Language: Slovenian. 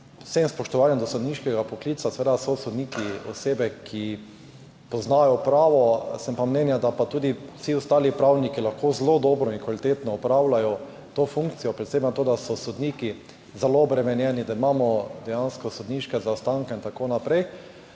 vsem spoštovanjem do sodniškega poklica, seveda so sodniki osebe, ki poznajo pravo. Sem pa mnenja, da pa tudi vsi ostali pravniki lahko zelo dobro in kvalitetno opravljajo to funkcijo, predvsem glede na to, da so sodniki zelo obremenjeni, da imamo dejansko sodniške zaostanke in tako naprej.